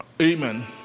Amen